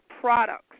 products